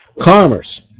commerce